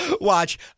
Watch